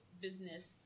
business